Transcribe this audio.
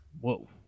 Whoa